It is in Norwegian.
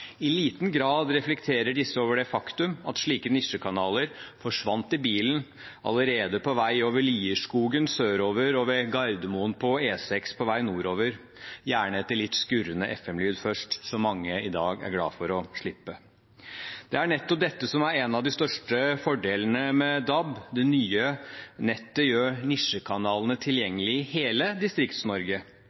I liten grad reflekterer disse over det faktum at slike nisjekanaler forsvant i bilen allerede på vei over Lierskogen sørover og ved Gardermoen på E6 nordover – gjerne etter litt skurrende FM-lyd, som mange i dag er glade for å slippe. Det er nettopp dette som er en av de største fordelene med DAB. Det nye nettet gjør nisjekanalene tilgjengelig i hele